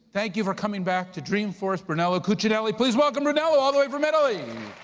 thank you for coming back to dreamforce, brunello cucinelli. please welcome brunello, all the way from italy.